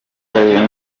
kalira